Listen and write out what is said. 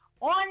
On